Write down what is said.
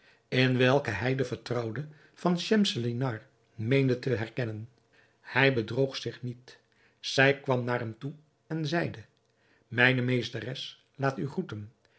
in welke hij de vertrouwde van schemselnihar meende te herkennen hij bedroog zich niet zij kwam naar hem toe en zeide mijne meesteres laat u